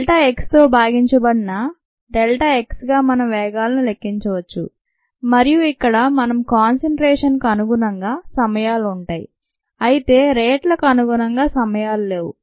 delta X తో భాగించబడిన delta X గా మనం వేగాలను లెక్కించవచ్చు మరియు ఇక్కడ మనం కాన్సంట్రేషన్ కు అనుగుణంగా సమయాలు ఉంటాయి అయితే రేట్లకు అనుగుణంగా సమయాలు లేవు